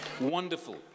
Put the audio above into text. Wonderful